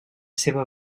seva